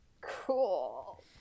Cool